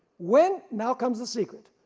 when, now comes the secret.